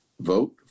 vote